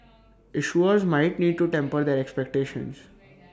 issuers might need to temper their expectations